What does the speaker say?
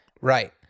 right